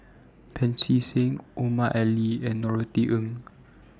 Pancy Seng Omar Ali and Norothy Ng